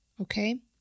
Okay